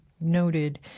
noted